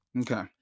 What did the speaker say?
Okay